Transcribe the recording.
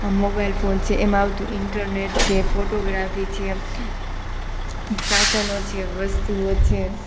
આ mobile phone છે એમાં આવતું ઈન્ટરનેટ છે ફોટોગ્રાફી છે સાધનો છે વસ્તુઓ છે